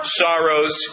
sorrows